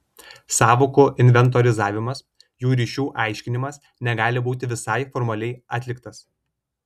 sąvokų inventorizavimas jų ryšių aiškinimas negali būti visai formaliai atliktas